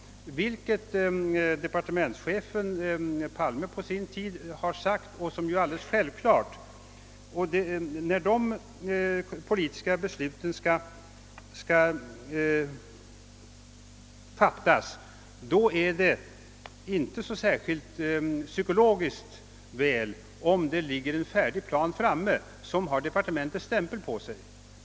Departementschefen Palme uttalade på sin tid — och det är ju alldeles självklart — att det inte, då dessa beslut skall fattas, är särskilt psykologiskt att det finns en färdig plan som har departementets stämpel.